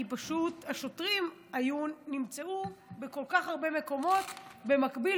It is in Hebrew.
כי השוטרים נמצאו בכל כך הרבה מקומות במקביל,